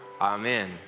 amen